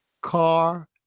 Car